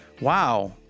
wow